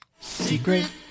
Secret